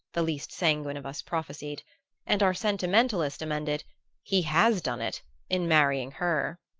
the least sanguine of us prophesied and our sentimentalist emended he has done it in marrying her!